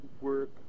Work